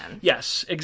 yes